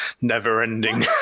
never-ending